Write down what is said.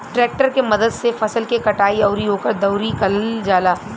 tractor के मदद से फसल के कटाई अउरी ओकर दउरी कईल जाला